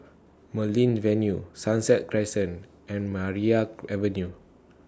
Marlene Avenue Sunset Crescent and Maria Avenue